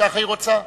שכך היא רוצה.